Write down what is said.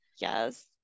Yes